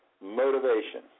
motivation